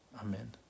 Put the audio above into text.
amen